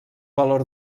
valor